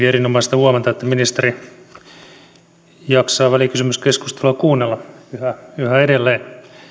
erinomaista huomata että ministeri jaksaa välikysymyskeskustelua kuunnella yhä edelleen